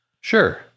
sure